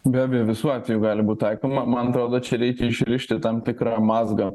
be abejo visų atvejų gali būt taikoma man atrodo čia reikia išrišti tam tikrą mazgą